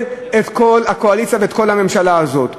את כל הקואליציה ואת כל הממשלה הזאת.